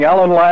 Alan